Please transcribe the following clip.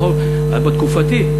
בתקופתי,